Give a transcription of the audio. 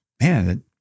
Man